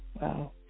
wow